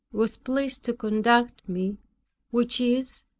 was pleased to conduct me which is,